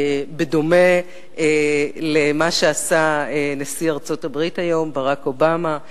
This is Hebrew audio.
בדומה למה שעשה בשעתו נשיא ארצות-הברית היום ברק אובמה,